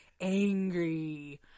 angry